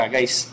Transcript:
Guys